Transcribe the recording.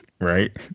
Right